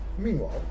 Meanwhile